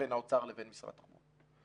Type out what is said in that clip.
בין האוצר לבין משרד התחבורה.